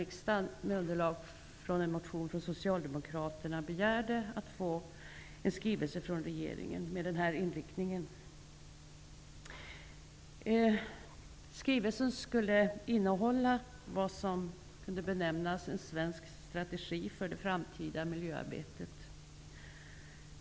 Riksdagen begärde då med anledning av en motion från socialdemokraterna att från regeringen få en skrivelse med denna inriktning. Skrivelsen skulle innehålla vad som kunde benämnas en svensk strategi för det framtida miljöarbetet.